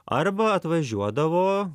arba atvažiuodavo